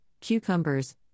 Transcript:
cucumbers